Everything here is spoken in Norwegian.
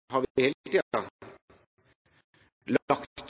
har vi hele tiden lagt